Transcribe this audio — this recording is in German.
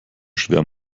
schwer